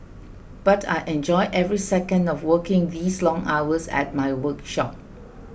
but I enjoy every second of working these long hours at my workshop